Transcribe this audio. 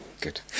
Good